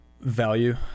Value